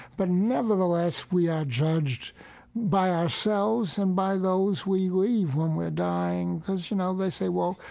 but nevertheless we are judged by ourselves and by those we leave when we are dying. because, you know, they say, well,